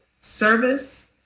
service